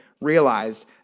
realized